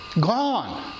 gone